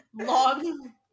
Long